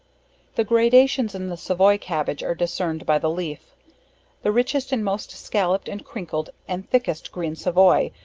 the gradations in the savoy cabbage are discerned by the leaf the richest and most scollup'd, and crinkled, and thickest green savoy,